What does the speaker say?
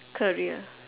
career